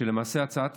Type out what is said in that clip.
שלמעשה הצעת